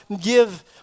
give